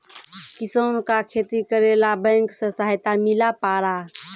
किसान का खेती करेला बैंक से सहायता मिला पारा?